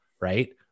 right